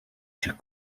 czy